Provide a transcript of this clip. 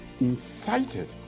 incited